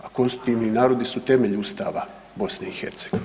A konstitutivni narodi su temelji ustava BiH.